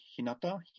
Hinata